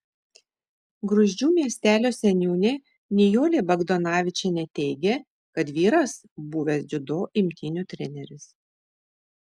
gruzdžių miestelio seniūnė nijolė bagdonavičienė teigė kad vyras buvęs dziudo imtynių treneris